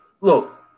look